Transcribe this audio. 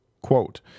Quote